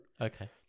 Okay